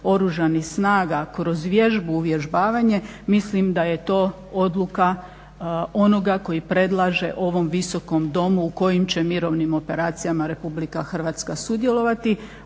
oružanih snaga kroz vježbu, uvježbavanje, mislim da je to odluka onoga koji predlaže ovom Visokom domu u kojim će mirovnim operacijama RH sudjelovati.